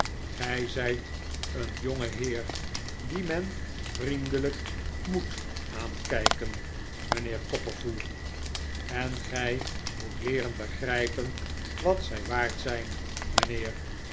gij zijt een jongeheer dien men vriendelijk moet aankijken mijnheer copperfull en gij moet leeren begrijpen wat gij waard zijt mijnheer